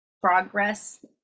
progress